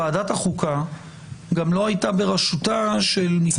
ועדת החוקה גם לא הייתה בראשותה של מפלגה